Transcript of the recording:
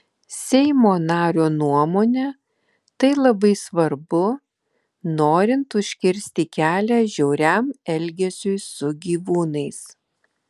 seimo nario nuomone tai labai svarbu norint užkirsti kelią žiauriam elgesiui su gyvūnais